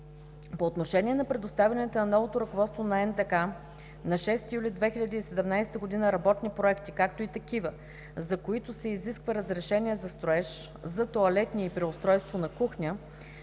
По отношение на предоставените на новото ръководство на НДК на 6 юли 2017 г. работни проекти, както и такива, за които се изисква разрешение за строеж на тоалетни и преустройство на кухня,